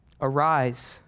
Arise